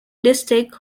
district